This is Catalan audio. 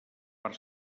per